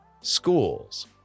schools